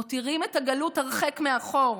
מותירים את הגלות הרחק מאחור,